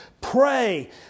pray